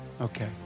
Okay